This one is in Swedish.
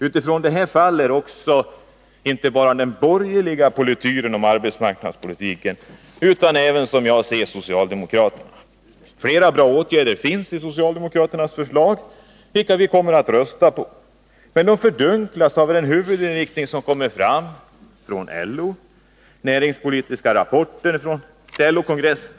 Utifrån detta mister inte bara de borgerligas utan även socialdemokraternas polityr sin glans när det gäller arbetsmarknadspolitiken. Flera riktiga åtgärder föreslås av socialdemokraterna, vilka vi kommer att rösta för, men de fördunklas av den huvudinriktning som kommer fram i den näringspolitiska rapporten från LO-kongressen.